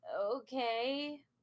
okay